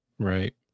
Right